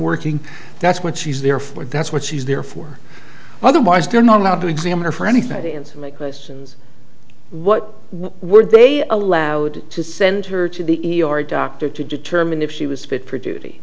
working that's what she's there for that's what she's there for otherwise they're not allowed to examine or for anything to answer the questions what would they allowed to send her to the e r doctor to determine if she was fit for duty